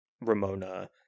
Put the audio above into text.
Ramona